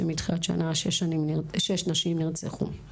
שמתחילת השנה שש נשים נרצחו.